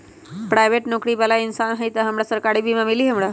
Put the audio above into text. Private नौकरी बाला इंसान हई त हमरा सरकारी बीमा मिली हमरा?